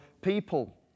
people